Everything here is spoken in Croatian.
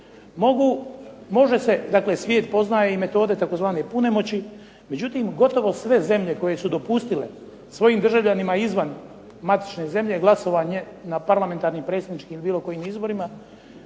može se dakle, svijet poznaje metode tzv. punomoći, međutim, gotovo sve zemlje koje su dopustile svojim državljanima izvan matične zemlje glasovanje na parlamentarnim, predsjedničkim i bilo kojim izborima,